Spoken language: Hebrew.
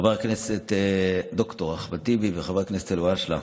חבר הכנסת ד"ר אחמד טיבי וחבר הכנסת אלהואשלה,